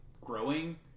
growing